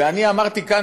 ואני אמרתי כאן,